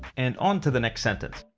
and on to the next sentence.